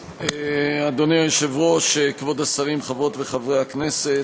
אדוני היושב-ראש, כבוד השרים, חברות וחברי הכנסת,